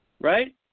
Right